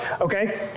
Okay